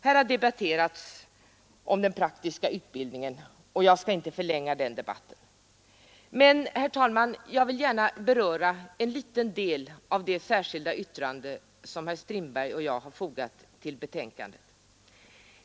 Här har den praktiska utbildningen debatterats. Och jag skall inte förlänga den debatten. Men, herr talman, jag vill gärna beröra en liten del av det särskilda yttrande som herr Strindberg och jag fogat till betänkandet.